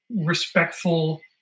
respectful